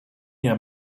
nie